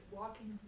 walking